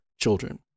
children